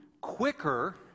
quicker